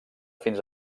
fins